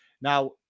Now